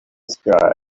sky